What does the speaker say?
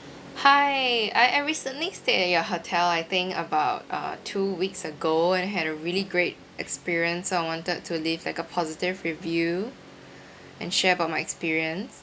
hi I I recently stayed at your hotel I think about uh two weeks ago and I had a really great experience so I wanted to leave like a positive review and share about my experience